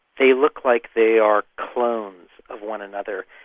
they look like they are clones of one another,